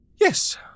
Yes